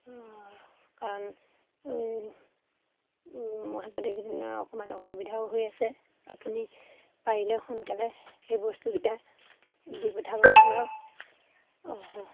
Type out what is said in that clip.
অ' কাৰণ এই একেইদিন অকণমান অসুবিধাও হৈ আছে আপুনি পাৰিলে সোনকালে সেই বস্তুকেইটা দি পঠাব